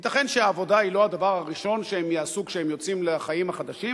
ייתכן שעבודה היא לא הדבר הראשון שהם יעשו כשהם יוצאים לחיים החדשים,